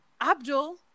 Abdul